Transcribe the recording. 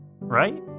right